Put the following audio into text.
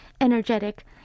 energetic